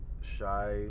shy